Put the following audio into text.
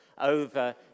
over